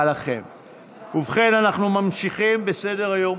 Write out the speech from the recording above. ובכן אנחנו ממשיכים בסדר-היום.